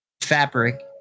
fabric